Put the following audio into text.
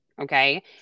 Okay